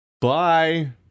Bye